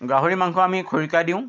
গাহৰি মাংস আমি খৰিকাত দিওঁ